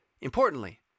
importantly